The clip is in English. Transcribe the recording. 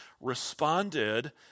responded